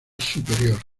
superior